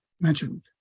mentioned